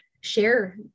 share